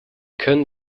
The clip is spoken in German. können